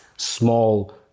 small